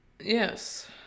Yes